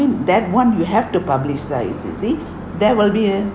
mean that one you have to publicise you see there will be a